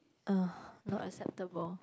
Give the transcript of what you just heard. uh not acceptable